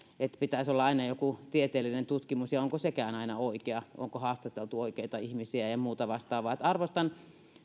että pitäisi olla aina joku tieteellinen tutkimus ja onko sekään aina oikea onko haastateltu oikeita ihmisiä ja ja muuta vastaavaa arvostan